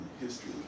history